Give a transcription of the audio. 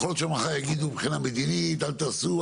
יכול להיות שמחר יגידו מבחינה מדינית אל תעשו,